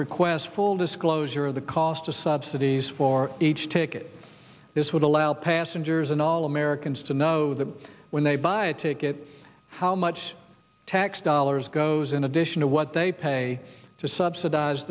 request full disclosure of the cost of subsidies for each ticket this would allow passengers and all americans to know that when they buy a ticket how much tax dollars goes in addition to what they pay to subsidize